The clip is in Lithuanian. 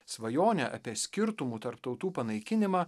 svajonę apie skirtumų tarp tautų panaikinimą